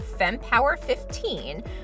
fempower15